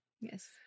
Yes